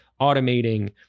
automating